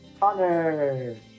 Connor